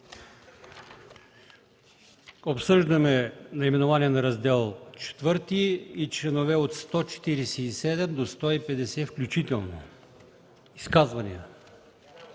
Обсъждаме наименованието на Раздел ІV и членове от 147 до 150 включително. Изказвания?